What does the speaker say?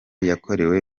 yakorewe